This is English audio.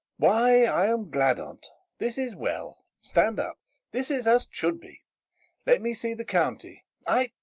why, i am glad on't this is well stand up this is as't should be let me see the county ay,